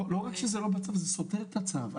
לא רק שזה לא בצו, זה סותר את הצו.